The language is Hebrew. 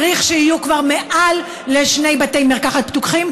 צריך שיהיו כבר מעל שני בתי מרקחת פתוחים,